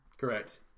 Correct